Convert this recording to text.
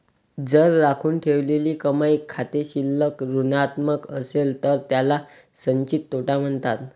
जर राखून ठेवलेली कमाई खाते शिल्लक ऋणात्मक असेल तर त्याला संचित तोटा म्हणतात